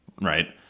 right